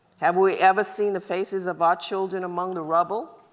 have we ever seen the faces of our children among the rubble?